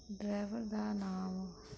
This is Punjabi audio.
ਡਰੈਵਰ ਦਾ ਨਾਮ